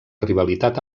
rivalitat